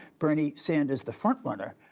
bernie sanders, the front-runner,